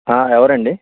ఆ ఎవరండి